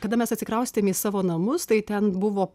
kada mes atsikraustėm į savo namus tai ten buvo